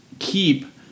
keep